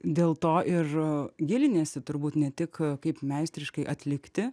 dėl to ir giliniesi turbūt ne tik kaip meistriškai atlikti